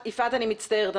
אני מצטערת.